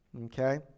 Okay